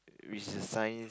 which is a sign